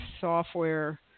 software